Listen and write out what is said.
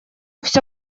все